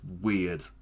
weird